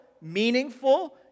meaningful